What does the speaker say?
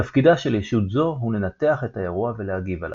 תפקידה של ישות זו הוא לנתח את האירוע ולהגיב עליו,